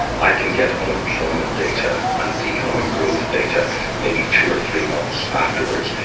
i can get unemployment data and economic growth data maybe two or three months afterwards.